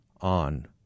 on